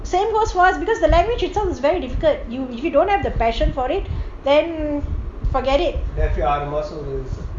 same goes for us because the language it sounds very difficult you if you don't have the passion for it then forget it